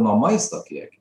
nuo maisto kiekio